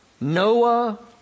Noah